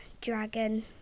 dragon